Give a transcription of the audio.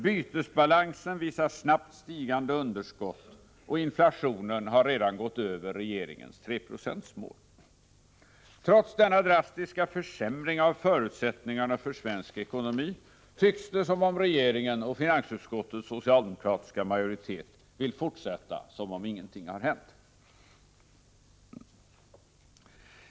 Bytesbalansen visar snabbt stigande underskott och inflationen har redan gått över regeringens 3 procentsmål. Trots denna drastiska försämring av förutsättningarna för svensk ekonomi tycks det som om regeringen och finansutskottets socialdemokratiska majoritet vill fortsätta som om ingenting hänt.